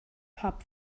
pub